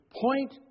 point